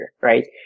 right